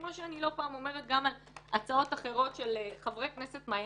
כמו שאני לא פעם אומרת על הצעות אחרות של חברי כנסת מהימין,